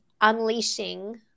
unleashing